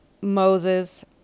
Moses